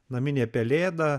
naminė pelėda